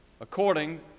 according